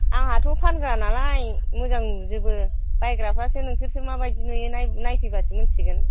आंहाथ' फानग्रा नालाय मोजां नुजोबो बायग्राफ्रासो नोंसोरसो माबादि नुयो नाय नायफैबासो मोनथिगोन